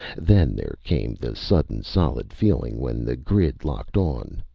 then there came the sudden solid feeling when the grid locked on.